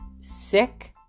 sick